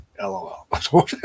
LOL